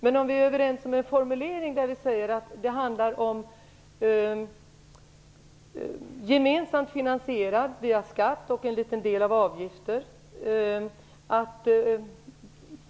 Men om vi är överens om en formulering där vi säger att det handlar om en gemensam finansiering via skatt och till en liten del genom avgifter.